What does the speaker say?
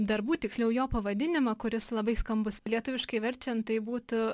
darbų tiksliau jo pavadinimą kuris labai skambus lietuviškai verčiant tai būtų